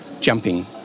jumping